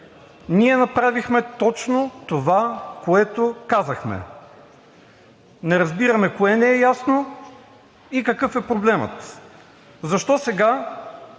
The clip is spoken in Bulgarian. ние направихме точно това, което казахме. Не разбираме кое не е ясно и какъв е проблемът!? Защо сега